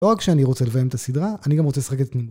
לא רק שאני רוצה לביים את הסדרה, אני גם רוצה לשחק את ..